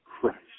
Christ